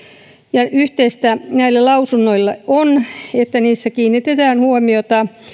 ja yhteistä näille lausunnoille on että niissä kiinnitetään huomiota